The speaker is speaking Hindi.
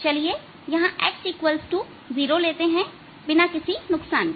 चलिए यहां x0 लेते हैं सामान्यतः बिना किसी नुकसान के